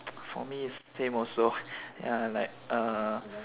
for me is same also ya like err